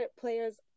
players